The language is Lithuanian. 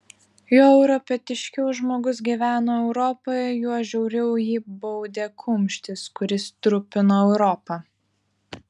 juo europietiškiau žmogus gyveno europoje juo žiauriau jį baudė kumštis kuris trupino europą